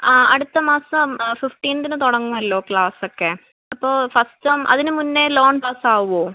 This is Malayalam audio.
ആ അടുത്ത മാസം ഫിഫ്റ്റീൻതിന് തുടങ്ങുമല്ലോ കാസ്സൊക്കെ അപ്പോള് ഫസ്റ്റ് ടേം അതിന് മുന്നേ ലോൺ പാസ്സാകുമോ